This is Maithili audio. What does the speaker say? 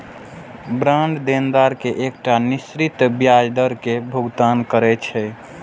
बांड देनदार कें एकटा निश्चित ब्याज दर के भुगतान करै छै